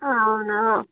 అవును